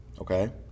okay